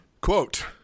Quote